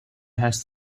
has